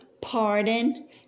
pardon